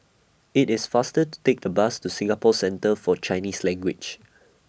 IT IS faster to Take The Bus to Singapore Centre For Chinese Language